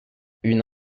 une